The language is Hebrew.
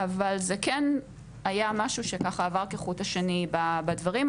אבל זה כן היה משהו שעבר ככה כחוט השני בדברים.